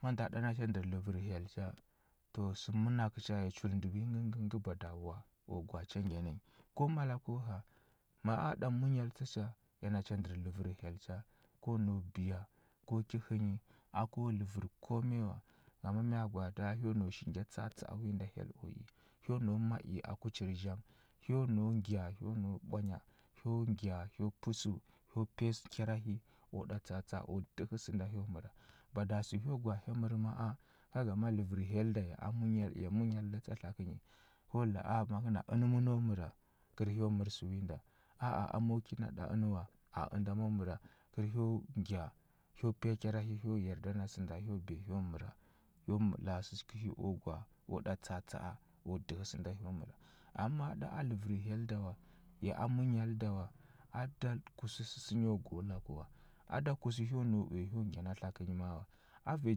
Ma ndəa ɗa nacha ndər ləvər hyel cha, to sə mənakə cha ya chul ndə wi ngəngə ngə bada a u gwa a cha ngya ni. Ko mala ko həa, ma a ɗa munya tsa cha, ya nacha ndər ləvər hyel cha, ko nau biya ko ki hə nyi, a ko ləvər komi wa. Gama mya gwaata? Hyo nau shi ngya tsa atsa a wi nda hyel o i. Hyo nau ma i aku chir zhang, hyo nau ngya hyo nau ɓwanya, hyo ngya hyo pə səu, hyo piya sə kyara hi, o ɗa tsa atsa a o dəhə sənda hyo məra. Bada sə hyo gwa a hya mər ma a, ka gama ləvər hyel da ya a munyal ya muyal da tsa tlakə nyi, ko la a ma kə na ənə məno məra, kər hyo mər sə wi nda. A ah a mo kina ɗa ənə wa, ah ənda mo məra, kər hyo ngya hyo piya kyara hi, hyo yarda na sənda hyo biya hyo məra. Hyo mla səkəhi o gwa, o ɗa tsa atsa a o dəhə sənda hyo məra. Am ma ɗa a ləvər hyel da wa, ya a munyal da wa, a da kus səsə nyo go laku wa. A da kus hyo nau uya hyo ngya na tlakə nyi ma wa. A ve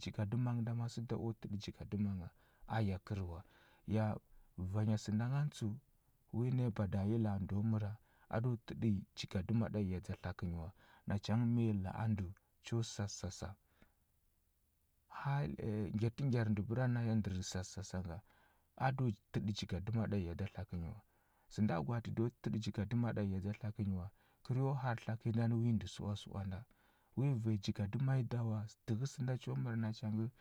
jigadəma nghə da ma səda o təɗə jigadəma nghə a yakəri wa. Ya vanya sənda ngan tsəu, wi naya bada yi laa ndo məra, a do təɗə jigadəma ɗa ya dza tlakə nyi wa, nacha ngə ma yi la a ndəu, cho sa sə sasa. Hal ə ngyatə ngyar ndəu bəra naya ndər sa sə sasa nga, a do təɗə jigadəma ɗa ya da tlakə nyi wa. Sənda gwaatə do təɗə jigadəma ɗa ya dza tlakə nyi wa, kər yo har tlakə nyi ndani wi ndə səwa səwa nda. Wi vanyi jigadəma nyi da wa, kər sənda cho mər nacha ngə